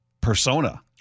persona